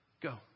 go